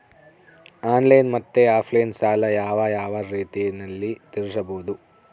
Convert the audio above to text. Online ಮತ್ತೆ offline ಸಾಲ ಯಾವ ಯಾವ ರೇತಿನಲ್ಲಿ ತೇರಿಸಬಹುದು?